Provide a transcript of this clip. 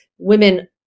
women